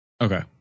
Okay